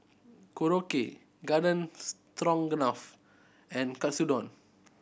Korokke Garden Stroganoff and Katsudon